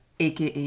aka